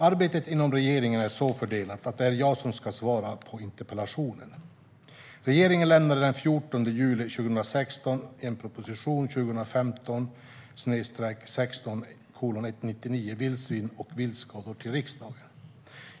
Arbetet inom regeringen är så fördelat att det är jag som ska svara på interpellationen. Regeringen lämnade den 14 juli 2016 proposition 2015/16:199 Vildsvin och viltskador till riksdagen.